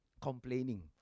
complaining